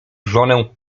żonę